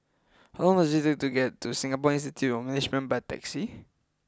how long does it take to get to Singapore Institute of Management by taxi